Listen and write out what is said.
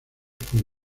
por